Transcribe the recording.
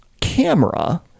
camera